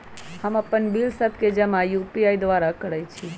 हम अप्पन बिल सभ के जमा यू.पी.आई द्वारा करइ छी